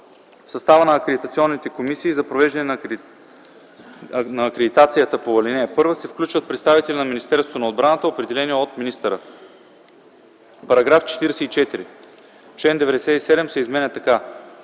В състава на акредитационните комисии за провеждане на акредитацията по ал. 1 се включват представители на Министерството на отбраната, определени от министъра.” § 44. Член 97 се изменя така: